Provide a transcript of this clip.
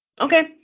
okay